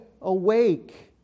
awake